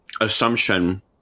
assumption